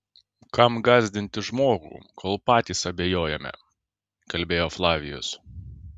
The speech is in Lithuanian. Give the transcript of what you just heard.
kam gąsdinti žmogų kol patys abejojame kalbėjo flavijus